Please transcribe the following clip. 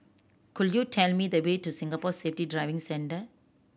could you tell me the way to Singapore Safety Driving Centre